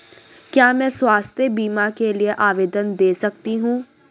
क्या मैं स्वास्थ्य बीमा के लिए आवेदन दे सकती हूँ?